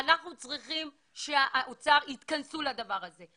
אנחנו צריכים שבאוצר יתכנסו לדבר הזה.